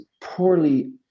poorly